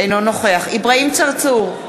אינו נוכח אברהים צרצור,